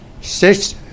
six